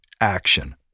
Action